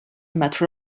matter